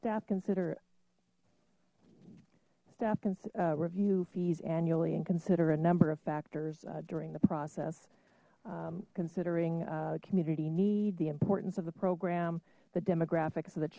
staff consider staff can review fees annually and consider a number of factors during the process considering community need the importance of the program the demographics of the